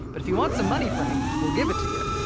but if you want some money, frank we'll give it to you.